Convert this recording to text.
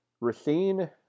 Racine